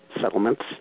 settlements